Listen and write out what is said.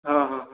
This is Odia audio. ହଁ ହଁ